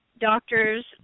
doctors